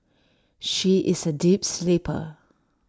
she is A deep sleeper